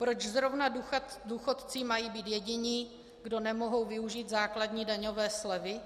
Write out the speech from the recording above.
Proč zrovna důchodci mají být jediní, kdo nemohou využít základní daňové slevy?